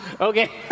Okay